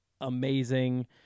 amazing